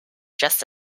just